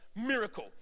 miracle